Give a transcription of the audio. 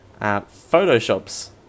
Photoshop's